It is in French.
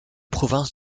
province